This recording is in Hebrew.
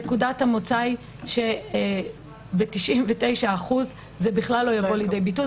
נקודת המוצא היא שב-99% זה בכלל לא יבוא לידי ביטוי,